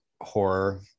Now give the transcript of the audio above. horror